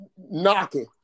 knocking